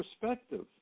perspective